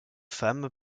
femmes